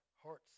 hearts